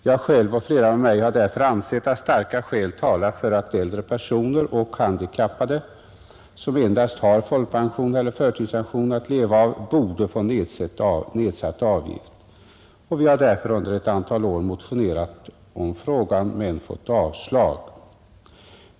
Jag själv och flera med mig har därför ansett att starka skäl talar för att äldre personer och handikappade som endast har folkpension eller förtidspension att leva av borde få nedsatt avgift. Vi har därför under ett antal år motionerat i denna fråga men fått avslag.